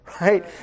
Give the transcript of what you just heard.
right